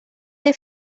they